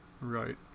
right